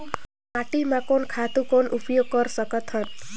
माटी म कोन खातु कौन उपयोग कर सकथन?